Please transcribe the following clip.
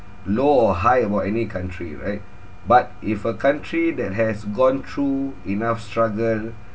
low or high about any country right but if a country that has gone through enough struggle